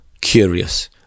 curious